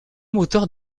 moteurs